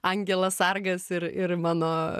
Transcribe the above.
angelas sargas ir ir mano